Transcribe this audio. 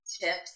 tips